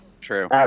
True